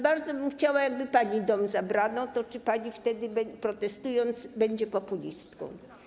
Bardzo bym chciała zobaczyć, jakby pani dom zabrano, czy pani wtedy, protestując, będzie populistką.